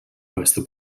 questo